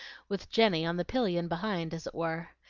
with jenny on the pillion behind, as it were.